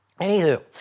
Anywho